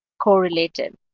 correlated?